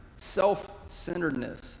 self-centeredness